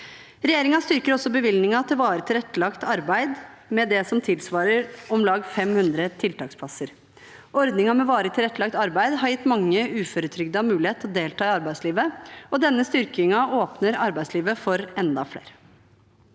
Regjeringen styrker også bevilgningen til varig tilrettelagt arbeid med det som tilsvarer om lag 500 tiltaksplasser. Ordningen med varig tilrettelagt arbeid har gitt mange uføretrygdede mulighet til å delta i arbeidslivet, og denne styrkingen åpner arbeidslivet for enda flere.